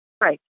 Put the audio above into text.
Right